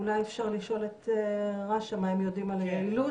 אולי אפשר לשאול את רש"א מה הם יודעים על היעילות